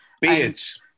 Beards